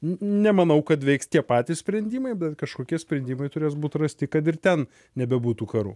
n nemanau kad veiks tie patys sprendimai bet kažkokie sprendimai turės būt rasti kad ir ten nebebūtų karų